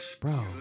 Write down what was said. Bro